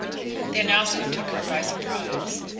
the announcement took her by surprise.